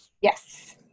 Yes